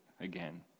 again